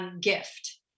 gift